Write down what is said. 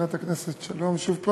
מזכירת הכנסת, שלום שוב,